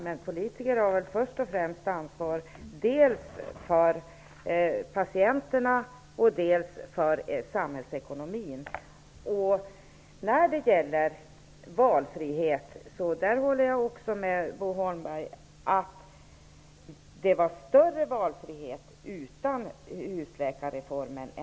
Men de har först och främst ansvar dels för patienterna, dels för samhällsekonomin. Jag håller med Bo Holmberg om att valfriheten var större innan husläkarreformen.